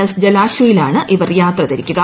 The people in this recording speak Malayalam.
എസ് ജലാശ്വയിലാണ് ഇവർ യാത്ര തിരിക്കുക